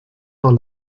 dans